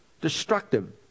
destructive